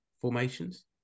formations